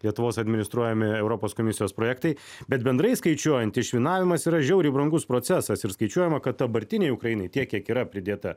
lietuvos administruojami europos komisijos projektai bet bendrai skaičiuojant išminavimas yra žiauriai brangus procesas ir skaičiuojama kad dabartinei ukrainai tiek kiek yra pridėta